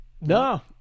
No